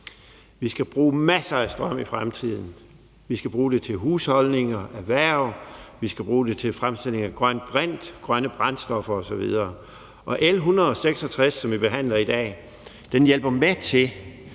Vi skal bruge masser af strøm i fremtiden: Vi skal bruge det til husholdninger, erhverv, vi skal bruge det til fremstilling af grøn brint, grønne brændstoffer osv. Lovforslag nr. L 166, som vi behandler i dag, hjælper med til,